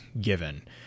given